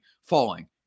falling